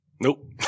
Nope